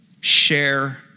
Share